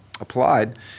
applied